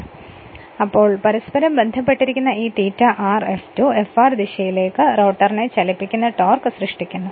അതിനാൽ ഇതിലേക്ക് നോക്കുകയാണെങ്കിൽ പരസ്പരം ബന്ധപ്പെട്ടിരിക്കുന്ന ഈ ∅r F2 Fr ദിശയിലേക്ക് റോട്ടറിനെ ചലിപ്പിക്കുന്ന ടോർക്ക് സൃഷ്ടിക്കുന്നു